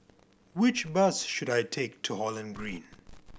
which bus should I take to Holland Green